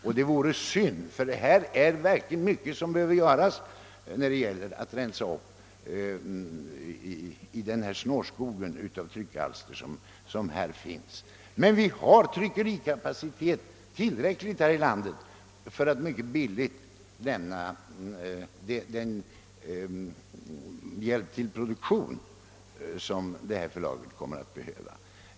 Och det vore synd, ty det är verkligen mycket som behöver göras för att rensa upp i denna snårskog av tryckalster. Vi har dock tillräcklig tryckerikapacitet här i landet för att mycket billigt kunna lämna den hjälp till produktion som detta förlag kommer att behöva.